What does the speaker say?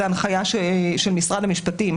זה הנחייה של משרד המשפטים,